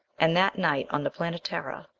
and that night on the planetara,